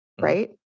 right